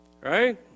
Right